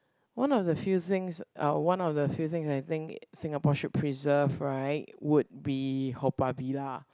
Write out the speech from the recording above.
one of the few things uh one of the few things I think Singapore should preserve right would be Haw-Par-Villa